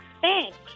thanks